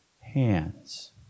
hands